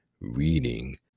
reading